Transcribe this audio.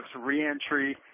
reentry